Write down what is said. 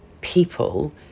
people